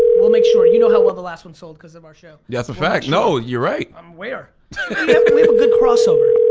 we'll make sure, you know how well the last one sold cause of our show. yeah that's a fact, no, you're right. i'm aware. we have a good crossover.